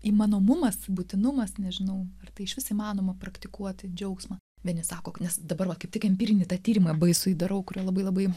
įmanomumas būtinumas nežinau ar tai išvis įmanoma praktikuoti džiaugsmą vieni sako nes dabar va kaip tik empirinį tą tyrimą baisųjį darau kurio labai labai